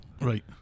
Right